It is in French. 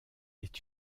est